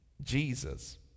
Jesus